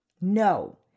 No